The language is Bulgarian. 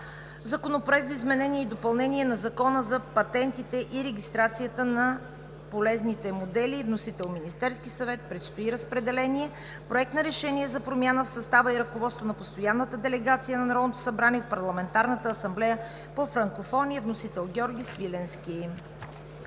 Законопроект за изменение и допълнение на Закона за патентите и регистрацията на полезните модели. Вносител – Министерският съвет. Предстои разпределение. Проект на решение за промяна в състава и ръководството на постоянната делегация на Народното събрание в Парламентарната асамблея по франкофония. Вносител – Георги Свиленски.